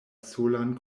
solan